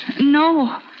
No